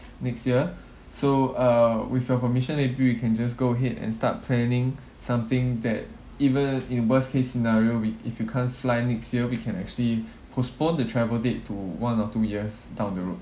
next year so uh with your permission maybe we can just go ahead and start planning something that even if in worst case scenario we if you can't fly next year we can actually postpone the travel date to one or two years down the road